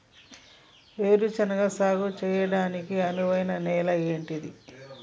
వేరు శనగ సాగు చేయడానికి అనువైన నేల ఏంటిది?